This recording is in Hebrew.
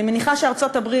אני מניחה שארצות-הברית,